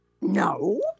No